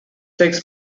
takes